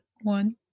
one